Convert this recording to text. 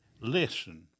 listen